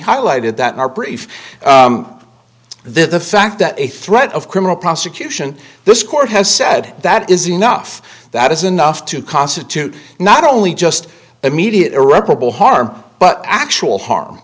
highlighted that in our brief there the fact that a threat of criminal prosecution this court has said that is enough that is enough to constitute not only just immediate irreparable harm but actual harm